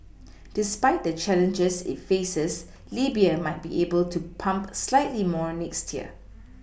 despite the challenges it faces Libya might be able to pump slightly more next year